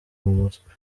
umutwe